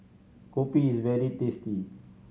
kopi is very tasty